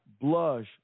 blush